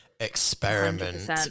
experiment